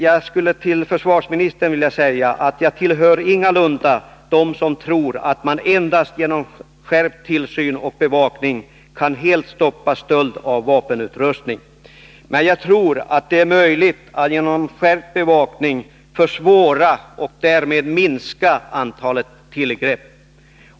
Jag skulle vilja säga till försvarsministern att jag ingalunda tillhör dem som tror att man endast genom skärpt tillsyn och bevakning kan helt stoppa stölder av vapenutrustning. Men jag tror att det är möjligt att genom skärpt bevakning försvåra och därmed minska antalet tillgrepp.